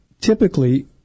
typically